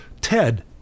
ted